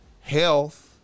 Health